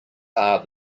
are